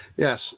Yes